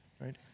right